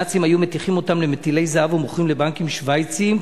הנאצים היו מתיכים אותם למטילי זהב ומוכרים לבנקים שווייציים.